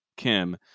Kim